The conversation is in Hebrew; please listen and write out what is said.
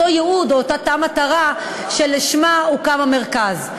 ייעוד או את אותה מטרה שלשמה הוקם המרכז.